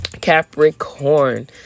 Capricorn